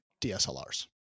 DSLRs